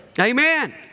Amen